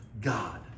God